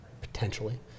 potentially